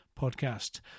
podcast